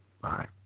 Bye